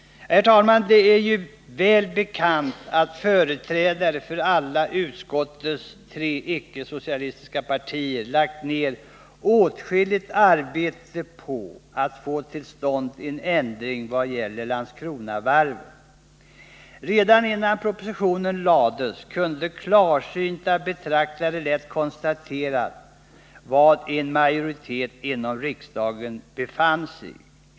Herr talman! Det är ju väl bekant att företrädare för alla utskottets tre icke-socialistiska partier lagt ned åtskilligt arbete på att få till stånd en ändring vad gäller Landskronavarvet. Redan innan propositionen lades fram kunde klarsynta betraktare lätt konstatera var en majoritet inom riksdagen befann sig.